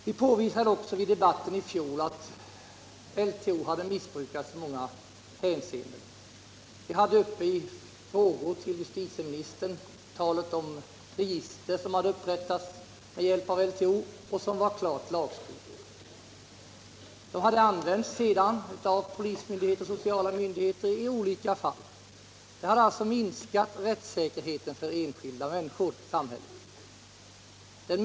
Vi påvisade också i debatten i fjol att LTO hade missbrukats i många hänseenden. I frågor till justitieministern tog vi upp talet om register som hade upprättats med hjälp av LTO och som var klart lagstridiga. De hade sedan använts av polismyndigheten och sociala myndigheter i olika fall, vilket alltså hade minskat rättssäkerheten för enskilda människor i samhället.